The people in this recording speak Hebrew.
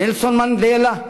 נלסון מנדלה,